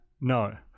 No